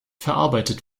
verarbeitet